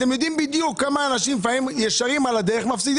אתם יודעים בדיוק כמה אנשים ישרים מפסידים